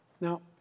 Now